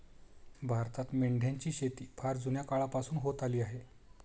भारतात मेंढ्यांची शेती फार जुन्या काळापासून होत आली आहे